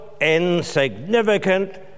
insignificant